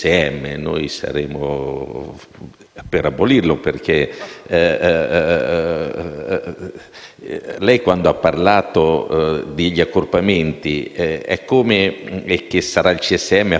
per abolirlo, perché quando lei ha parlato degli accorpamenti dicendo che sarà il CSM a fare una proposta, è come se in una